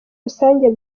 rusange